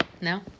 No